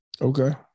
okay